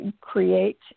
create